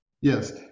Yes